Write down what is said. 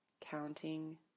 Counting